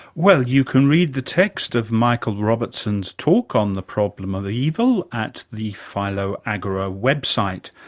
well, you can read the text of michael robertson's talk on the problem of evil at the philo agora website.